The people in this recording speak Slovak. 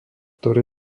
ktoré